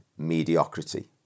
mediocrity